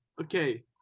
Okay